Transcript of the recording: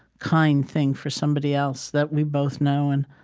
kind thing for somebody else that we both know. and